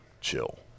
chill